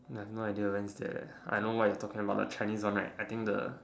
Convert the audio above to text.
I got no idea when is that leh I know what you're talking about the Chinese one right I think the